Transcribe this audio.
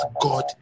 God